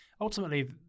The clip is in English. ultimately